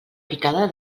picada